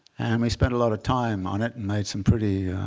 and we spent a lot of time on it and made some pretty